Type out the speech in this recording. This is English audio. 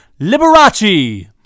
Liberace